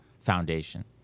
foundation